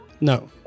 No